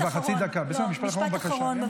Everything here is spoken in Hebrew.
את כבר חצי דקה, בסדר, משפט אחרון.